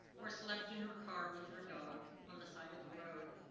or slept in her car with her dog on the side of the road.